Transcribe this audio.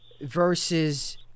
Versus